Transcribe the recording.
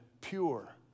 pure